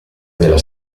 della